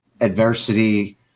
adversity